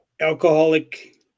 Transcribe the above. alcoholic